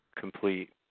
complete